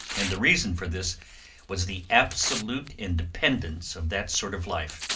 and the reason for this was the absolute independence of that sort of life.